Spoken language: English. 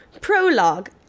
prologue